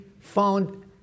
found